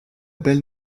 belle